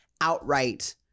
outright